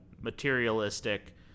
materialistic